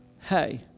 Hey